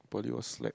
but it was like